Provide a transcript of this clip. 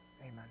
amen